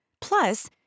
Plus